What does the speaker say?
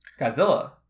Godzilla